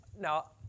Now